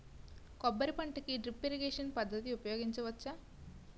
కొబ్బరి పంట కి డ్రిప్ ఇరిగేషన్ పద్ధతి ఉపయగించవచ్చా?